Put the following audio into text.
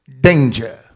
danger